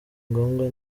ngombwa